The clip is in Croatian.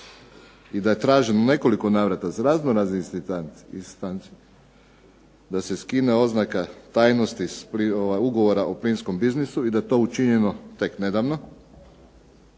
i da je traženo u nekoliko navrata za razno razne instance da se skine oznaka tajnosti s Ugovora o plinskom biznisu i da je to učinjeno tek nedavno